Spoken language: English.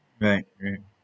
right right